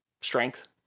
strength